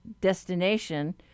destination